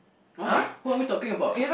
why who are we talking about